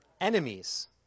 enemies